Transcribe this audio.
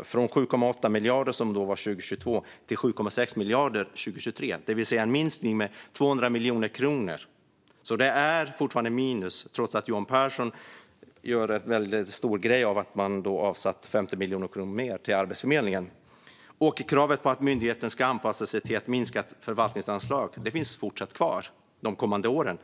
från 7,8 miljarder 2022 till 7,6 miljarder 2023, vilket innebar en minskning med 200 miljoner kronor. Det är alltså fortfarande minus, trots att Johan Pehrson gör en stor grej av att man har avsatt 50 miljoner kronor mer till Arbetsförmedlingen. Kravet på att myndigheten ska anpassa sig till ett minskat förvaltningsanslag finns kvar de kommande åren.